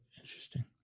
Interesting